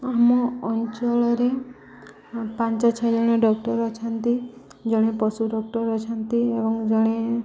ଆମ ଅଞ୍ଚଳରେ ପାଞ୍ଚ ଛଅ ଜଣେ ଡ଼କ୍ଟର୍ ଅଛନ୍ତି ଜଣେ ପଶୁ ଡ଼କ୍ଟର୍ ଅଛନ୍ତି ଏବଂ ଜଣେ